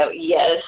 yes